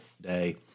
Day